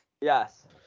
Yes